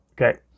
Okay